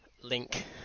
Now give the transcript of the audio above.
link